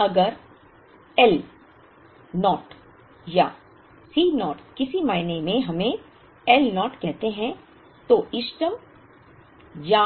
अब अगर L naught या C naught किसी मायने में हमें L Naught कहते हैं तो इष्टतम या